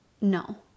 No